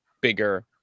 bigger